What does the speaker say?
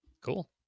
cool